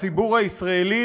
הציבור הישראלי,